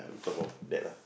because of that lah